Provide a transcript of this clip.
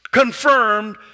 confirmed